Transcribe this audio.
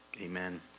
Amen